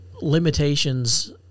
limitations